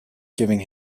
giving